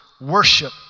worship